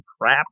crap